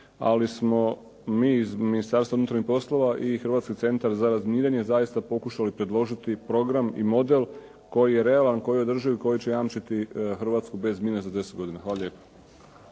ali smo mi iz Ministarstva unutarnjih poslova i Hrvatski centar za razminiranje zaista pokušali predložiti program i model koji je realan, koji je održiv, koji će jamčiti Hrvatsku bez mina za 10 godina. Hvala lijepa.